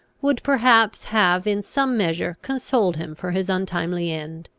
would perhaps have in some measure consoled him for his untimely end.